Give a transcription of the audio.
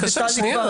בבקשה, שנייה.